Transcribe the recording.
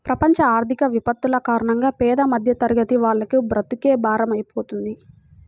ప్రపంచ ఆర్థిక విపత్తుల కారణంగా పేద మధ్యతరగతి వాళ్లకు బ్రతుకే భారమైపోతుంది